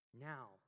Now